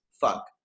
fuck